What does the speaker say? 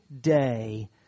day